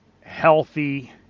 healthy